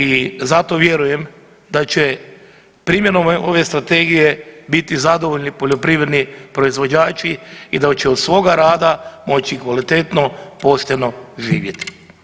I zato vjerujem da će primjenom ove strategije biti zadovoljni poljoprivredni proizvođači i da će od svoga rada moći kvalitetno pošteno živjeti.